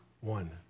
one